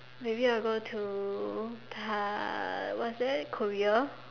maybe I will go to Tai what's that Korea